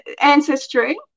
ancestry